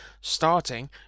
starting